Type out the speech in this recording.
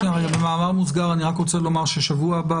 במאמר מוסגר אני רק רוצה לומר שבשבוע הבא,